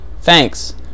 thanks